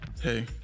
Hey